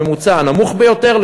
הממוצע הנמוך ביותר,